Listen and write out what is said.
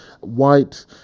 white